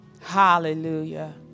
Hallelujah